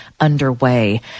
underway